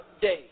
day